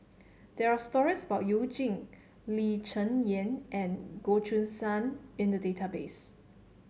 there are stories about You Jin Lee Cheng Yan and Goh Choo San in the database